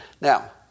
Now